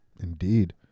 Indeed